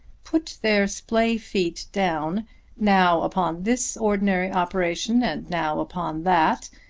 put their splay feet down now upon this ordinary operation and now upon that,